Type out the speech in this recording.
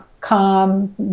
calm